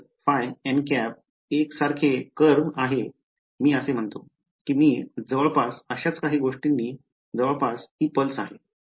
एकसारखे बाक आहे मी असे म्हणतो की मी जवळपास अशाच काही गोष्टींनी जवळपास ही पल्स आहेत